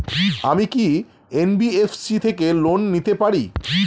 আমি কি এন.বি.এফ.সি থেকে লোন নিতে পারি?